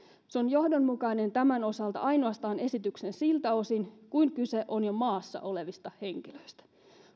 se on johdonmukainen tämän osalta ainoastaan esityksen siltä osin kuin kyse on jo maassa olevista henkilöistä